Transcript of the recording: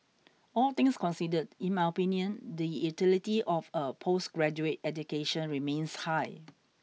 all things considered in my opinion the utility of a postgraduate education remains high